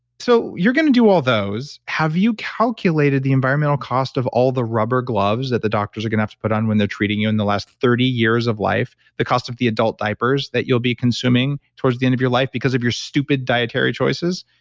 so, you're going to do all those. have you calculated the environmental costs of all the rubber gloves that the doctors are going to have to put on when they're treating you in the last thirty years of life, the cost of the adult diapers that you'll be consuming towards the end of your life because of your stupid dietary choices?